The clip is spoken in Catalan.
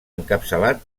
encapçalat